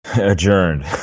Adjourned